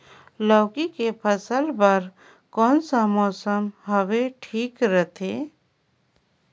लौकी के फसल बार कोन सा मौसम हवे ठीक रथे?